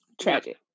Tragic